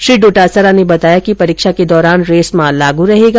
श्री डोटासरा ने बताया कि परीक्षाओं के दौरान रेस्मा लागू रहेगा